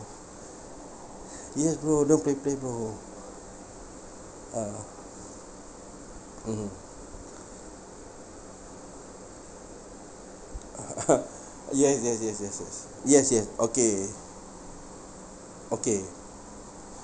ya bro don't play play bro (uh huh) mmhmm yes yes yes yes yes yes yes okay okay